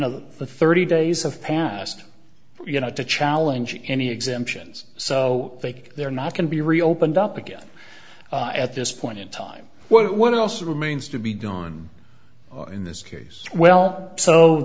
know the thirty days have passed you know to challenge any exemptions so fake they're not going to be reopened up again at this point in time what else remains to be done in this case well so